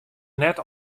net